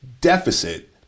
deficit